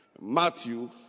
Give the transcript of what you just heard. Matthew